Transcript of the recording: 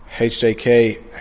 HJK